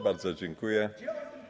Bardzo dziękuję.